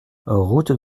route